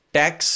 tax